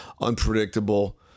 unpredictable